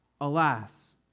Alas